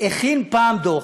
הכין פעם דוח,